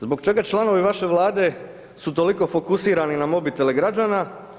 Zbog čega članovi vaše vlade su toliko fokusirani na mobitele građana?